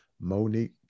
Monique